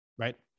right